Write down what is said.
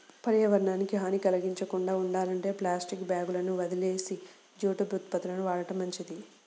పర్యావరణానికి హాని కల్గించకుండా ఉండాలంటే ప్లాస్టిక్ బ్యాగులని వదిలేసి జూటు ఉత్పత్తులను వాడటం మంచిది